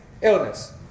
Illness